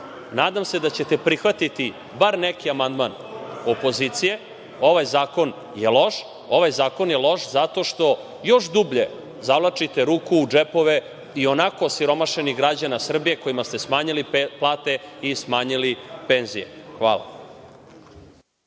se da ćete prihvatiti bar neki amandman opozicije. Ovaj zakon je loš. Ovaj zakon je loš zato što još dublje zavlačite ruku u džepove ionako osiromašenih građana Srbije kojima ste smanjili plate i smanjili penzije. Hvala.